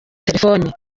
telefone